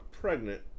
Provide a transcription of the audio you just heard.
pregnant